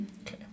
Okay